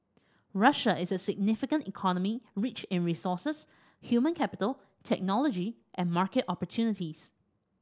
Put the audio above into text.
Russia is a significant economy rich in resources human capital technology and market opportunities